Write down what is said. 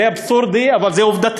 זה אבסורדי, אבל זה עובדתי.